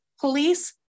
police